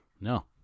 No